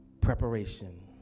preparation